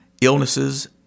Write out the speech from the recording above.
illnesses